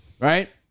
right